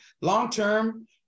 long-term